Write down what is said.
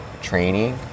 training